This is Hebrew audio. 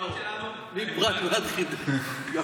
נאור, מפרת ועד חידקל.